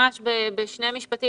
ממש בקצרה,